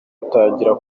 atangire